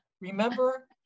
Remember